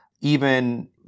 even-